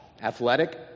athletic